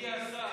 אדוני השר,